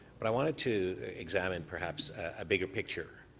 but i wanted to examine perhaps a bigger picture.